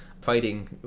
fighting